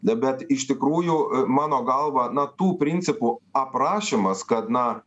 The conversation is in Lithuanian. bet iš tikrųjų mano galva na tų principų aprašymas kad na